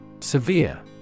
Severe